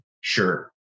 Sure